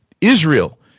Israel